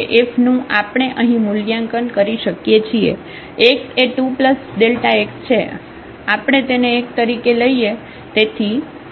એ f નું આપણે અહીં મૂલ્યાંકન કરી શકીએ છીએ x એ 2Δx છે આપણે તેને 1 તરીકે લઈએ તેથી 1 f થશે